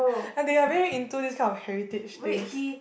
they are very into these kind of heritage things